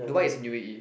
Dubai is in U_A_E